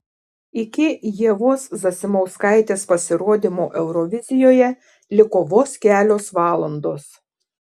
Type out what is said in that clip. iki ievos zasimauskaitės pasirodymo eurovizijoje liko vos kelios valandos